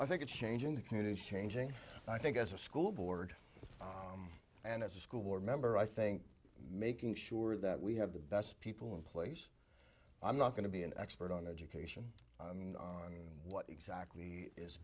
i think it's changing the commute is changing i think as a school board and as a school board member i think making sure that we have the best people in place i'm not going to be an expert on education and what exactly is